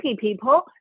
people